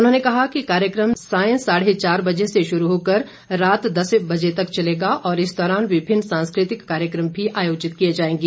उन्होंने कहा कि कार्यक्रम साय साढ़े चार बजे से शुरू होकर रात दस बजे तक चलेगा और इस दौरान विभिन्न सांस्कृतिक कार्यक्रम भी आयोजित किए जाएंगे